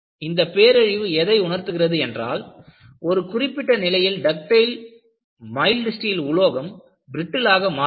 இந்தப் பேரழிவு எதை உணர்த்துகிறது என்றால் ஒருகுறிப்பிட்ட நிலையில் டக்டைல் மைல்டு ஸ்டீல் உலோகம் பிரிட்டில் ஆக மாறுகிறது